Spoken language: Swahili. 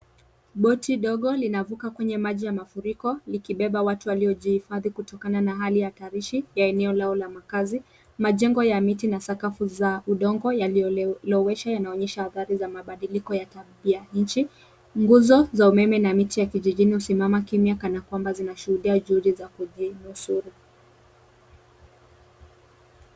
Boti ndogo linavuka kwenye maji ya mafuriko likibeba watu waliojihifadhi kutokana na hali hatarishi ya maeneo yao ya makazi. Majengo ya miti na sakafu za udongo yaliyolewesha yanaonyesha athari za mabadiliko ya tabia nchi. Nguzo za umeme na miti ya vijijini husimama kimya kana kwamba zinashuhudia juhudi za kujinusuru.